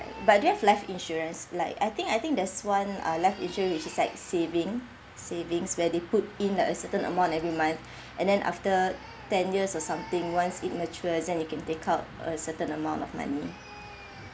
but do you have life insurance like I think I think there's one ah life insurance which is like saving savings where they put in a certain amount every month and then after ten years or something once it matures then you can take out a certain amount of money